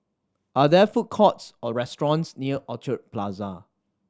are there food courts or restaurants near Orchard Plaza